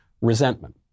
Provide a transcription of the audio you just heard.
resentment